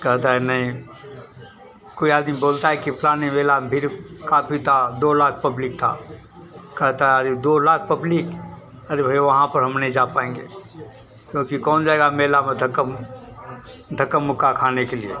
कहता है नहीं कोई आदमी बोलता है कि फलाने मेला में भीड़ काफ़ी था दो लाख पब्लिक था कहता है अरे दो लाख पब्लिक अरे भई वहाँ पर हम नहीं जा पाऍंगे क्योंकि कौन जाएगा अब मेला में धक्कम धक्का मुक्का खाने के लिए